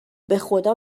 بخدا